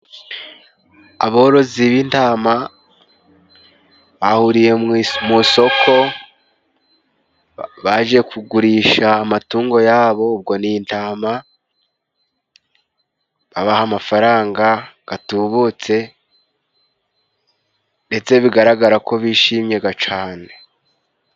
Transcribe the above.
Aborozi b'intama bahuriye mu soko baje kugurisha amatungo yabo ubwo ni intama, babaha amafaranga gatubutse ndetse bigaragara ko bishimye ga cane.